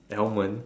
almond